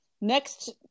next